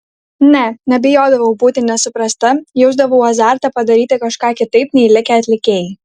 ne nebijodavau būti nesuprasta jausdavau azartą padaryti kažką kitaip nei likę atlikėjai